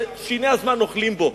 ששיני הזמן אוכלים בו.